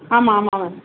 ஆமாம் ஆமாம் மேம்